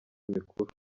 mikuru